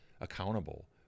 accountable